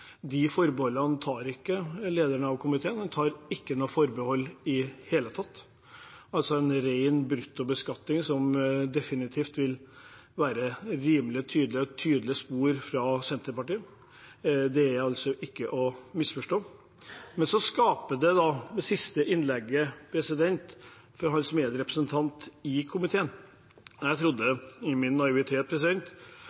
De forbeholdene tar ikke komiteens leder. Han tar ingen forbehold i det hele tatt. Han fremmer et forslag om ren bruttobeskatning, som definitivt har et tydelig spor av Senterpartiet. Det er altså ikke til å misforstå. Det siste innlegget til hans medrepresentant i komiteen skaper uforutsigbarhet. Jeg